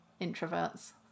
introverts